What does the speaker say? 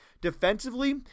Defensively